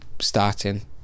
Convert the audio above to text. starting